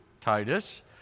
Titus